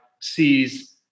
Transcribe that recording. sees